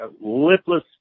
lipless